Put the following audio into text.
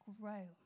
grow